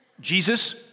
Jesus